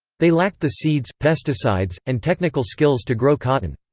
they lacked the seeds, pesticides, and technical skills to grow cotton.